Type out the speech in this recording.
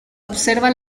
observa